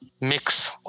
mix